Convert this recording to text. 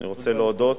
אני רוצה להודות,